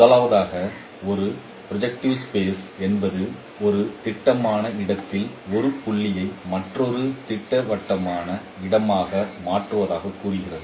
முதலாவதாக ஒரு projective space என்பது ஒரு திட்டவட்டமான இடத்தில் ஒரு புள்ளியை மற்றொரு திட்டவட்டமான இடமாக மாற்றுவதாக கூறுகிறது